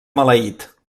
maleït